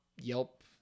Yelp